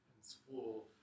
school